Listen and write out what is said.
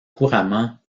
couramment